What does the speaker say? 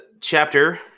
chapter